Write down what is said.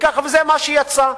וזה מה שיצא.